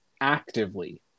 actively